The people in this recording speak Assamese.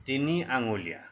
তিনি আঙুলিয়া